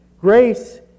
Grace